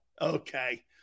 Okay